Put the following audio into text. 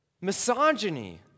Misogyny